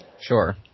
Sure